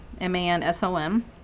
M-A-N-S-O-M